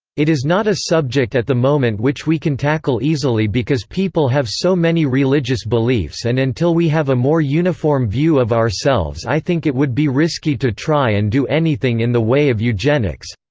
it is not a subject at the moment which we can tackle easily because people have so many religious beliefs and until we have a more uniform view of ourselves i think it would be risky to try and do anything in the way of eugenics.